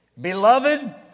Beloved